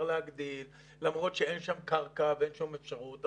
להגדיל למרות שאין שם קרקע ואין שם אפשרות.